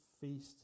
feast